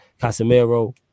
Casemiro